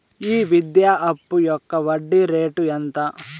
ఈ విద్యా అప్పు యొక్క వడ్డీ రేటు ఎంత?